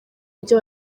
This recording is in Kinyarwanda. buryo